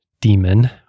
Demon